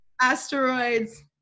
asteroids